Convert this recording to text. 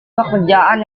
pekerjaan